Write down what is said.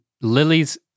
Lily's